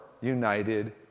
united